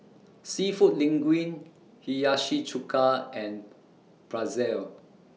Seafood Linguine Hiyashi Chuka and Pretzel